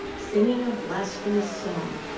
singing a blasphemous song.